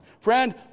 Friend